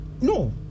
no